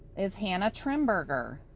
is hannah trimberger,